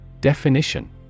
Definition